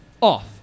off